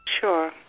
Sure